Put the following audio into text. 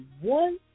one